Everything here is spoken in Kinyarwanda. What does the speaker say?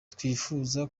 twifuza